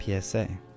PSA